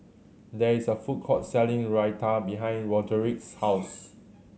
there is a food court selling Raita behind Roderick's house